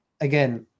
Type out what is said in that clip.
Again